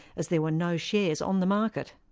as there were no shares on the market.